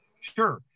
sure